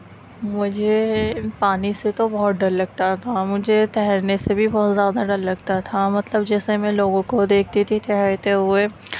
مجھے پانی سے تو بہت ڈر لگتا تھا مجھے تیرنے سے بھی بہت زیادہ ڈر لگتا تھا مطلب جیسے میں لوگوں کو دیکھتی تھی تیرتے ہوئے